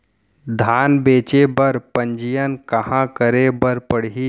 धान बेचे बर पंजीयन कहाँ करे बर पड़ही?